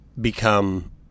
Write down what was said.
become